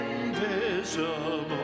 invisible